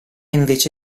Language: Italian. invece